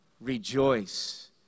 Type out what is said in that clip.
Rejoice